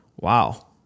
wow